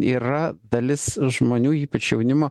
yra dalis žmonių ypač jaunimo